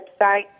website